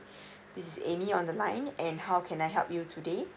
this is amy on the line and how can I help you today